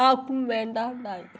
ആർക്കും വേണ്ടാതായി